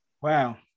Wow